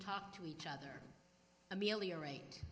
talk to each other ameliorate